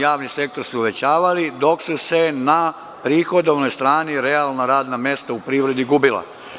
Javni sektor su uvećavali, dok su se na prihodovnoj strani realna radna mesta u privredi gubila.